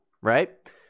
right